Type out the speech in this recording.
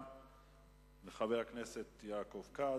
תודה לחבר הכנסת יעקב כץ.